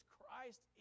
Christ